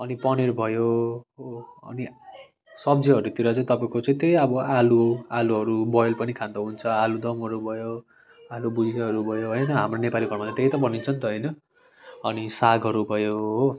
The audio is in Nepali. अनि पनिर भयो हो अनि सब्जीहरूतिर चाहिँ तपाईँको चाहिँ त्यही अब आलु आलुहरू बोयल पनि खाँदा हुन्छ आलुदमहरू भयो आलु भुजियाहरू भयो होइन हाम्रो नेपालीको घरमा त्यही त बनिन्छ नि त हैन अनि सागहरू भयो हो